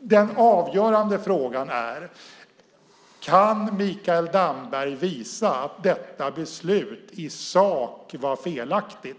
Den avgörande frågan är: Kan Mikael Damberg visa att detta beslut i sak var felaktigt?